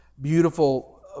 beautiful